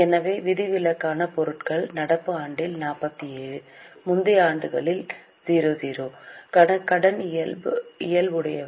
எனவே விதிவிலக்கான பொருட்கள் நடப்பு ஆண்டில் 47 முந்தைய ஆண்டுகளில் 00 கடன் இயல்புடையவை